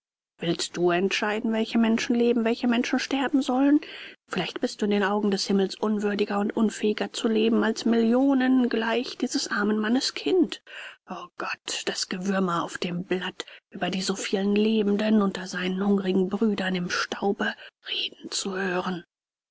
willst du entscheiden welche menschen leben welche menschen sterben sollen vielleicht bist du in den augen des himmels unwürdiger und unfähiger zu leben als millionen gleich dieses armen mannes kind o gott das gewürme auf dem blatt über die zu vielen lebenden unter seinen hungrigen brüdern im staube reden zu hören